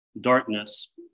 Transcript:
darkness